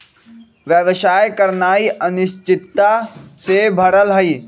व्यवसाय करनाइ अनिश्चितता से भरल हइ